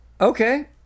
Okay